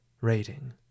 rating